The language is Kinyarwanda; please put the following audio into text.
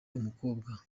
umukobwa